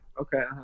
okay